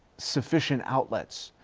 sufficient outlets?